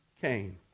Cain